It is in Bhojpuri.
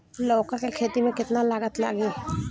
लौका के खेती में केतना लागत लागी?